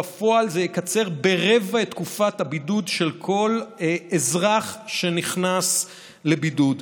בפועל זה יקצר ברבע את תקופת הבידוד של כל אזרח שנכנס לבידוד.